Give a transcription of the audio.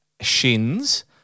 shins